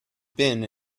been